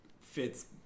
fits